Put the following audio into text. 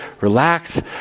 relax